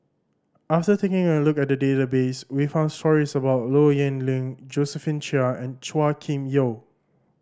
after taking a look at the database we found stories about Low Yen Ling Josephine Chia and Chua Kim Yeow